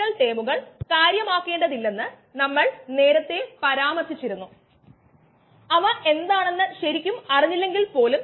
എൻസൈമുകൾ സാധാരണയായി പ്രോട്ടീനുകൾ അത് ബയോറിയാക്ടറുകളിലെ സൂക്ഷ്മാണുക്കൾ ഉൽപാദിപ്പിക്കുന്നു അത് വ്യവസായത്തിൽ വ്യാപകമായി ഉപയോഗിക്കുന്നു